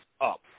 up